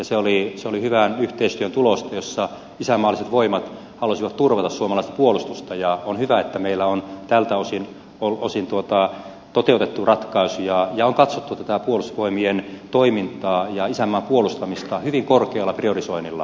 se oli hyvän yhteistyön tulosta jossa isänmaalliset voimat halusivat turvata suomalaista puolustusta ja on hyvä että meillä on tältä osin toteutettu ratkaisuja ja on katsottu tätä puolustusvoimien toimintaa ja isänmaan puolustamista hyvin korkealla priorisoinnilla